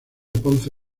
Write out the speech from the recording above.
ponce